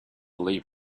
leave